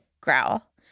growl